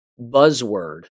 buzzword